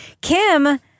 Kim